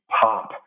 pop